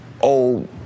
old